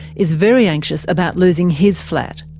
is very anxious about losing his flat.